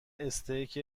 استیک